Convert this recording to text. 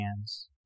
hands